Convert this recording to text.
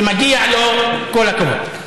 שמגיע לו כל הכבוד.